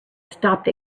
stopped